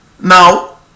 Now